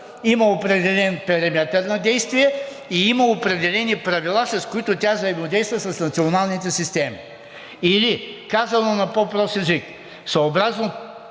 има определен периметър на действие и има определени правила, с които тя взаимодейства с националните системи. Или, казано на по-прост език, съобразно